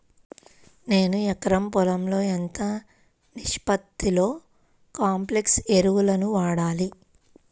నేను ఎకరం పొలంలో ఎంత నిష్పత్తిలో కాంప్లెక్స్ ఎరువులను వాడాలి?